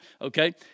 Okay